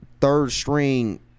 third-string